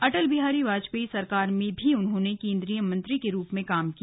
अटल बिहारी वाजपेयी सरकार में भी उन्होंने केन्द्रीय मंत्री के रूप में काम किया